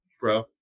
Bro